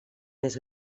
més